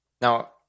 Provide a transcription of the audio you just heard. Now